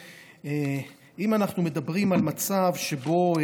אם אנחנו מדברים על מצב שבו,